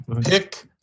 Pick